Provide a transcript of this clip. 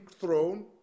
throne